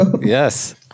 yes